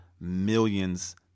millions